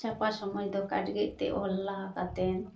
ᱪᱷᱟᱯᱟ ᱥᱚᱢᱳᱭ ᱫᱚ ᱠᱟᱰᱜᱮᱡᱛᱮ ᱚᱞ ᱞᱟᱦᱟ ᱠᱟᱛᱮ